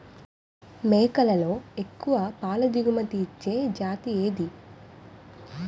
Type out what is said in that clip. మేకలలో ఎక్కువ పాల దిగుమతి ఇచ్చే జతి ఏది?